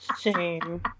Shame